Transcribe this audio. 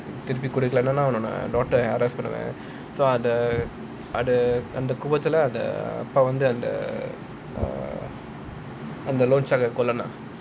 திருப்பி குடுக்கலைனா நான் அவன்:thirupi kudukalainaa naan avan daughter arrest பண்ணுவேன்:pannuvaen so அந்த கோவத்துல அத அப்பா வந்து:antha kovathula atha appa vanthu err அந்த:antha loanshark கொல்லுனான்:kollunaan